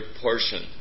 portion